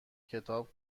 کتاب